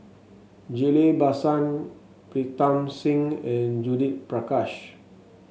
Ghillie Basan Pritam Singh and Judith Prakash